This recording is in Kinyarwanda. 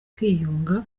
kwiyunga